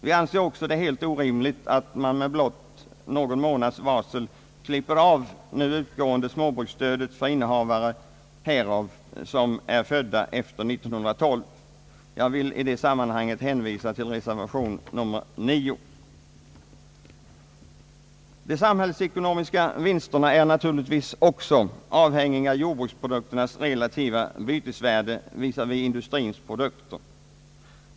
Vi anser det också helt orimligt, att man med blott någon månads varsel klipper av nu utgående småbruksstöd för innehavare härav som är födda efter 1912. Jag vill i det sammanhanget hänvisa till reservation nr 9. De samhällsekonomiska vinsterna är naturligtvis också avhängiga av jordbruksprodukternas relativa bytesvärde visavi industrins produkter.